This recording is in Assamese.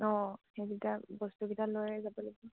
অঁ সেইকিটা বস্তুকিটা লৈয় যাব লাগিব